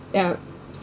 yeah